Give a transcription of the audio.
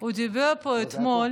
הוא דיבר פה אתמול